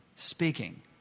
speaking